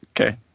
okay